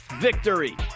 victory